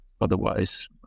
otherwise